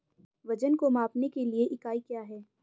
वजन को मापने के लिए इकाई क्या है?